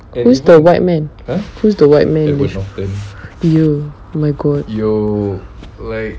who is the white man who is the white man !aiyo! oh my god